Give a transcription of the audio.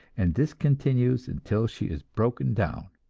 and this continues until she is broken down.